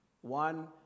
One